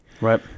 Right